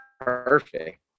perfect